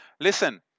listen